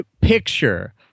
picture